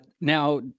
now